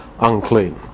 unclean